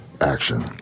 action